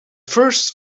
first